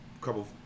couple